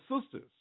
sisters